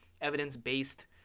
evidence-based